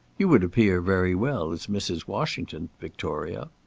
you would appear very well as mrs. washington, victoria.